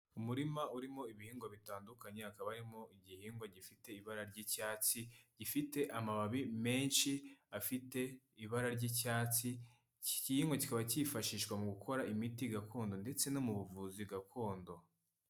Umurima urimo ibihingwa bitandukanye hakaba harimo igihingwa gifite ibara ry'icyatsi, gifite amababi menshi afite ibara ry'icyatsi, iki gihingwa kikaba kifashishwa mu gukora imiti gakondo ndetse no mu buvuzi gakondo.